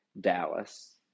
Dallas